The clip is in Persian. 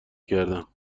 کردم